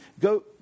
Go